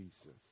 Jesus